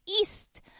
east